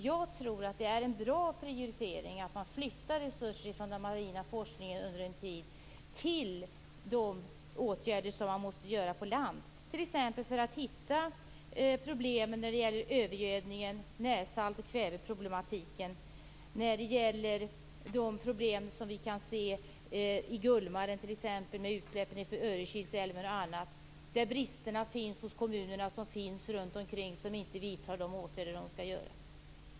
Jag tror att det är en bra prioritering att under en tid flytta resurser från den marina forskningen till åtgärder som måste vidtas på land, t.ex. för att hitta källorna till övergödningen och närsalts och kväveproblematiken liksom de problem som vi kan se t.ex. i Gullmarn med utsläppen i Örekilsälven. Där finns brister hos kommunerna runt omkring, som inte vidtar de åtgärder de borde genomföra.